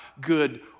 good